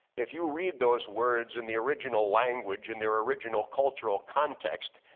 if you read those words in the original language in their original cultural context,